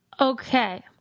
okay